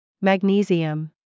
Magnesium